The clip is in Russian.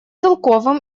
целковым